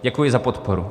Děkuji za podporu.